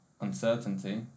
uncertainty